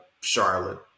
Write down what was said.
Charlotte